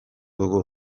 dugu